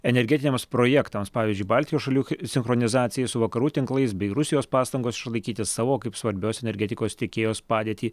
energetiniams projektams pavyzdžiui baltijos šalių sinchronizacijai su vakarų tinklais bei rusijos pastangos išlaikyti savo kaip svarbios energetikos tiekėjos padėtį